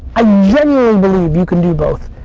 i genuinely believe you can do both.